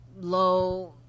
Low